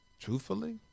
truthfully